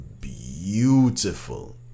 beautiful